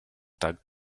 tak